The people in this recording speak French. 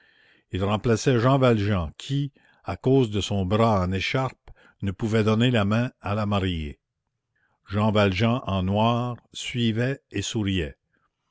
il remplaçait jean valjean qui à cause de son bras en écharpe ne pouvait donner la main à la mariée jean valjean en noir suivait et souriait